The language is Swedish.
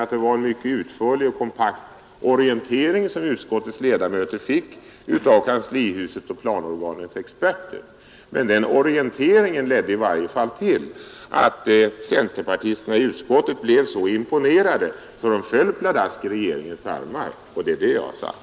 Det var alltså en mycket utförlig och kompakt orientering som utskottets ledamöter fick av kanslihuset och planorganets experter. Men den orienteringen ledde i varje fall till att centerpartisterna i utskottet blev så imponerade att de föll pladask i regeringens armar. Det är det som jag har sagt.